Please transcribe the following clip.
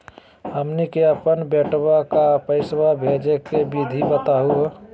हमनी के अपन बेटवा क पैसवा भेजै के विधि बताहु हो?